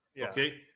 Okay